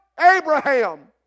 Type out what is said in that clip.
Abraham